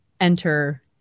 enter